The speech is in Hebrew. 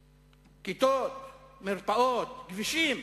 כיתות, מרפאות, כבישים,